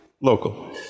Local